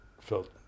felt